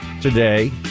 today